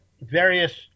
various